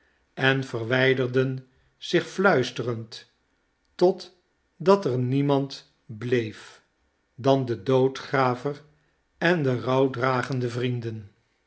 en verwijderden zich fluisterend totdat er niemand bleef dan de doodgraver en de rouwdragende vrienden